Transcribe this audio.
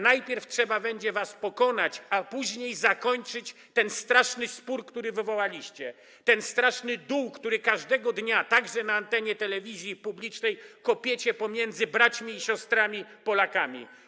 Najpierw trzeba będzie was pokonać, a później zakończyć ten straszny spór, który wywołaliście, zasypać ten straszny dół, który każdego dnia także na antenie telewizji publicznej kopiecie pomiędzy braćmi i siostrami Polakami.